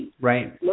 Right